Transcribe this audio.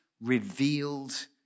revealed